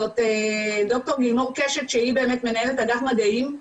זאת ד"ר גילמור קשת שהיא מנהלת אגף מדעים,